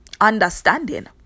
Understanding